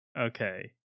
Okay